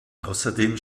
außerdem